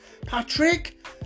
Patrick